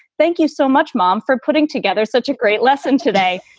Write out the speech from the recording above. thank you so much, mom, for putting together such a great lesson today.